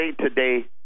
Today